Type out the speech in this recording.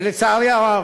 שלצערי הרב,